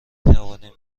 توانید